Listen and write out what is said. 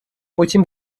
потім